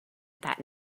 that